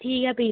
ठीक ऐ भी